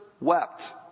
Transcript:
wept